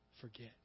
forget